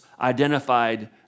identified